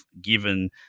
given